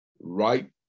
right